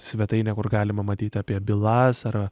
svetainė kur galima matyt apie bylas ar